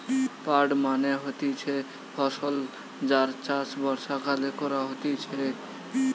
পাট মানে হতিছে ফসল যার চাষ বর্ষাকালে করা হতিছে